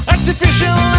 Artificial